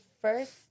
first